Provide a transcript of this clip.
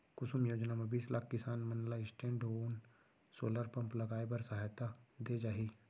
कुसुम योजना म बीस लाख किसान मन ल स्टैंडओन सोलर पंप लगाए बर सहायता दे जाही